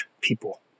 people